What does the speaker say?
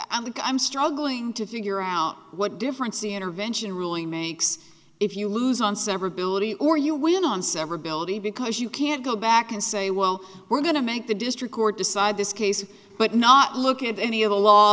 because i'm struggling to figure out what difference the intervention ruling makes if you lose on severability or you win on severability because you can't go back and say well we're going to make the district court decide this case but not look at any of the law